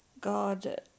God